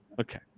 Okay